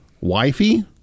Wifey